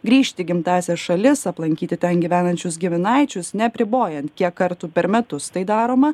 grįžti į gimtąsias šalis aplankyti ten gyvenančius giminaičius neapribojant kiek kartų per metus tai daroma